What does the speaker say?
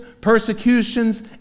persecutions